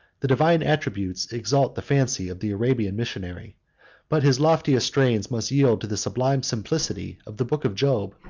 the divine attributes exalt the fancy of the arabian missionary but his loftiest strains must yield to the sublime simplicity of the book of job,